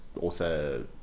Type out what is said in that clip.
author